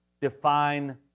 define